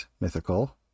Mythical